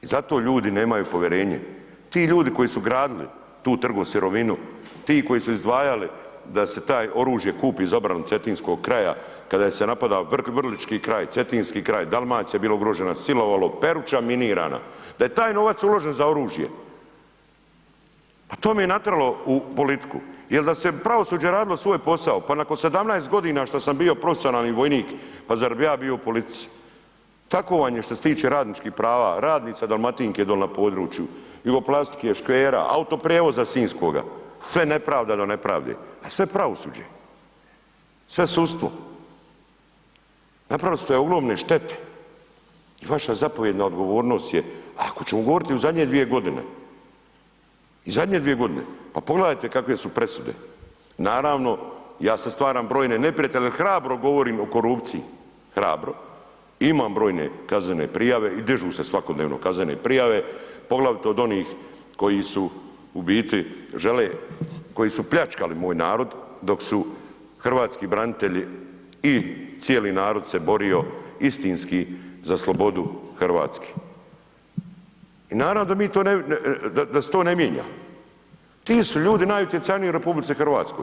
I zato ljudi nemaju povjerenje, ti ljudi koji su gradili tu trgo sirovinu, ti koji su izdvajali da se taj oružje kupi za obranu Cetinskog kraja kada se je napadao Vrlički kraj, Cetinski kraj, Dalmacija bila ugrožena, silovalo, Peruča minirana, da je taj novac uložen za oružje, pa to me je i natralo u politiku jel da se pravosuđe radilo svoj posao, pa nakon 17.g. šta sam bio profesionalni vojnik, pa zar bi ja bio u politici, tako vam je šta se tiče radničkih prava, radnice Dalmatinke dole na području, Jugoplastike, Škvera, Autoprijevoza sinjskoga, sve nepravda do nepravde, a sve pravosuđe, sve sudstvo, napravili ste ogromne štete i vaša zapovjedna odgovornost je ako ćemo govoriti u zadnje 2.g., i zadnje 2.g., pa pogledajte kakve su presude, naravno ja si stvaram brojne neprijatelje, ali hrabro govorim o korupciji, hrabro, imam brojne kaznene prijave i dižu se svakodnevno kaznene prijave, poglavito od onih koji su u biti žele, koji su pljačkali moj narod dok su hrvatski branitelji i cijeli narod se borio istinski za slobodu RH i naravno da se to ne mijenja, ti su ljudi najutjecajniji u RH.